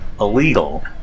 illegal